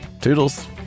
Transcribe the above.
Toodles